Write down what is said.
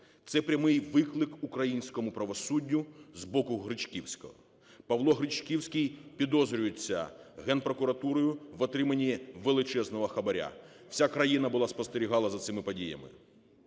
Це прямий виклик українському правосуддю з боку Гречківського. Павло Гречківський підозрюється Генпрокуратурою в отриманні величезного хабара. Вся країна була, спостерігала за цими подіями.